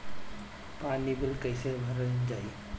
पानी बिल कइसे भरल जाई?